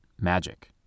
magic